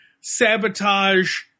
sabotage